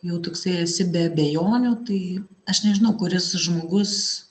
jau toksai esi be abejonių tai aš nežinau kuris žmogus